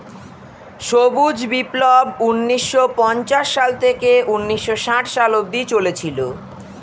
সবুজ বিপ্লব ঊন্নিশো পঞ্চাশ সাল থেকে ঊন্নিশো ষাট সালে অব্দি চলেছিল